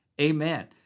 Amen